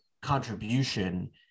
contribution